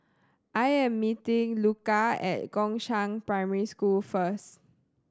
I am meeting Luka at Gongshang Primary School first